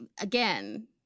again